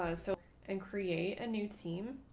ah so and create a new team,